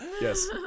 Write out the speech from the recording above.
Yes